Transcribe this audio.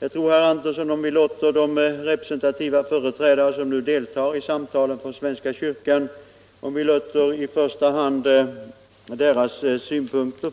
Vi bör i första hand låta de re presentativa företrädare för svenska kyrkan som nu deltar i samtalen — Nr 135 framföra sina synpunkter,